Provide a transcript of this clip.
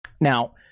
Now